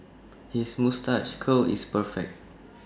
his moustache curl is perfect